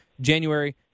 January